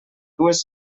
dues